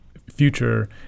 Future